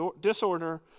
disorder